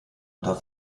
unter